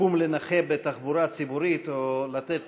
לקום לנכה בתחבורה ציבורית או לתת